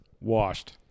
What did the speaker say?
Washed